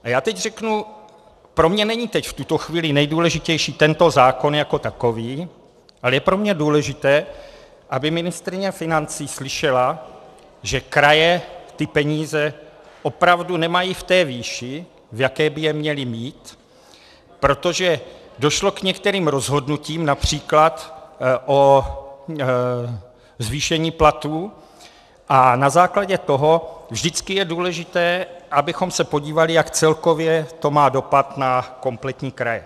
A já teď řeknu, pro mě není teď v tuto chvíli nejdůležitější tento zákon jako takový, ale je pro mě důležité, aby ministryně financí slyšela, že kraje ty peníze opravdu nemají v té výši, v jaké by je měly mít, protože došlo k některým rozhodnutím, například o zvýšení platů, a na základě toho vždycky je důležité, abychom se podívali, jak celkově to má dopad na kompletní kraje.